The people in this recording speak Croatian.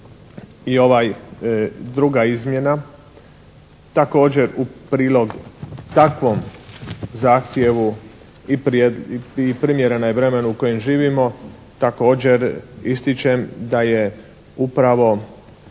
i ovaj, druga izmjena također u prilog takvom zahtjevu i primjerena je vremenu u kojem živimo. Također ističem da je upravo